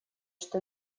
что